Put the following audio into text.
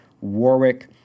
Warwick